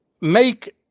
make